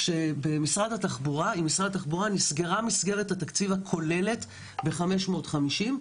במשרד התחבורה נסגרה מסגרת התקציב הכוללת ב-550,